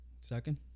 second